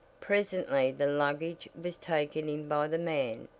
presently the luggage was taken in by the man,